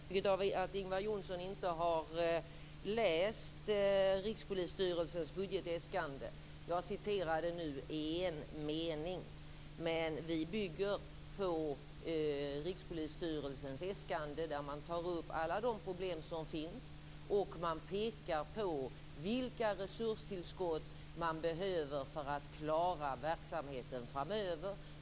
Fru talman! Jag får nästan intrycket av att Ingvar Johnson inte har läst Rikspolisstyrelsens budgetäskande. Jag citerade en mening. Men vi bygger på Rikspolisstyrelsens äskande där alla de problem som finns tas upp. Där pekas på vilka resurstillskott som behövs för att klara verksamheten framöver.